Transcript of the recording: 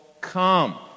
come